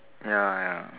ya ya